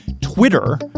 Twitter